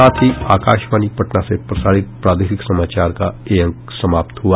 इसके साथ ही आकाशवाणी पटना से प्रसारित प्रादेशिक समाचार का ये अंक समाप्त हुआ